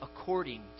according